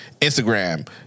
Instagram